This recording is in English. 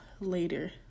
later